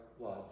blood